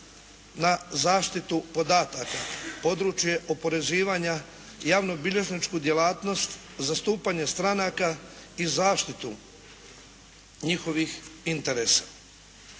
na zaštitu podataka, područje oporezivanja, javno bilježničku djelatnost, zastupanje stranaka i zaštitu njihovih interesa.